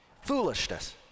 foolishness